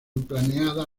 planeada